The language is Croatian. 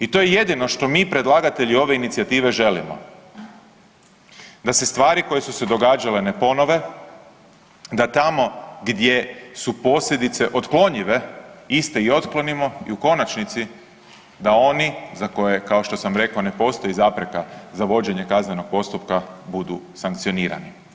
I to je jedino što mi predlagatelji ove inicijative želimo da se stvari koje su se događale ne ponove, da tamo gdje su posljedice otklonjive iste i otklonimo i u konačnici da oni za koje, kao što sam rekao, ne postoji zapreka za vođenje kaznenog postupka budu sankcionirani.